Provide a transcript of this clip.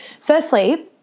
Firstly